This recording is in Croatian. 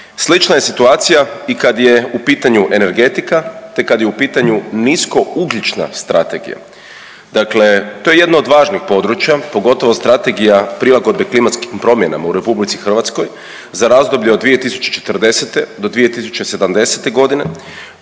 Slična je situacija i kad je u pitanju energetika te kad je u pitanju niskougljična strategija. Dakle, to je jedno od važnih područja pogotovo Strategija prilagodbe klimatskim promjenama u RH za razdoblje od 2040. do 2070. godine